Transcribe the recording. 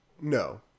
no